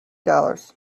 dollars